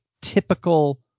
typical